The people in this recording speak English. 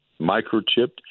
microchipped